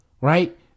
right